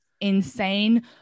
insane